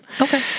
Okay